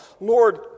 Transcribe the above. Lord